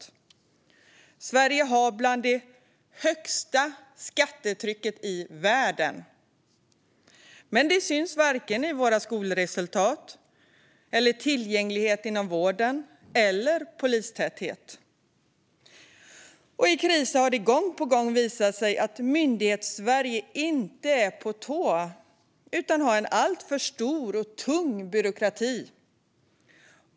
Vi i Sverige har bland de högsta skattetrycken i världen, men det syns varken i våra skolresultat, i tillgänglighet inom vården eller i polistäthet. I kriser har det gång på gång visat sig att Myndighetssverige inte är på tårna utan har en alltför stor och tung byråkrati.